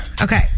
okay